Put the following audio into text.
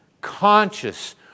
conscious